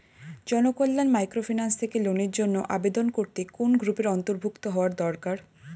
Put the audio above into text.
Janakalyan microfinance থেকে লোনের জন্য আবেদন করতে কোন গ্রুপের অন্তর্ভুক্ত হওয়া দরকার?